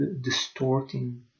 distorting